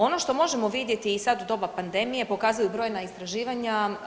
Ono što možemo vidjeti i sad u doba pandemije pokazuju i brojna istraživanja.